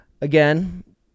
again